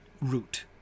root